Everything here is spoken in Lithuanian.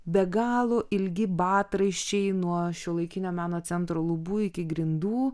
be galo ilgi batraiščiai nuo šiuolaikinio meno centro lubų iki grindų